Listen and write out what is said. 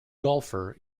golfer